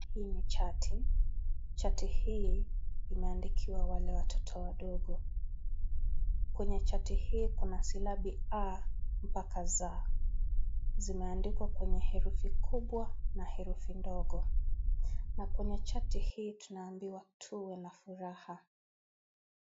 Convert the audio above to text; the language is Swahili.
Hii ni chati, chati hii imeandikiwa wale watoto wadogo. Kwenye chati hii kuna silabi a mpaka z. Zimeandikwa kwenye herufi kubwa na herufi ndogo. Na kwenye chati hii tunaambiwa tuwe na furaha.